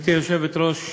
גברתי היושבת-ראש,